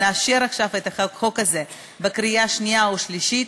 נאשר את החוק הזה בקריאה שנייה ושלישית,